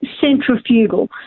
centrifugal